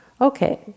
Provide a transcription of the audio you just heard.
Okay